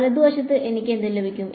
വലതുവശത്ത് എനിക്ക് എന്ത് ലഭിക്കും